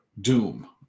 Doom